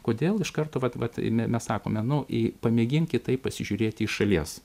kodėl iš karto vat vat me mes sakome nu i pamėgink kitaip pasižiūrėti į šalies